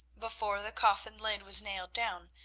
before the coffin lid was nailed down,